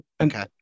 Okay